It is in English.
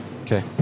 Okay